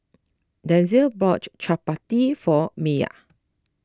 Denzel bought Chapati for Mya